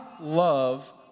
love